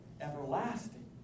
everlasting